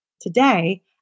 Today